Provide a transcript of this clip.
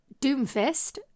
Doomfist